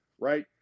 right